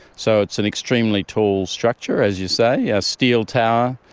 so it's an extremely tall structure, as you say, a steel tower,